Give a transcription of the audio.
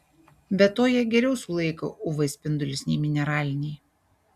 be to jie geriau sulaiko uv spindulius nei mineraliniai